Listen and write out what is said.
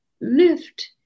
lift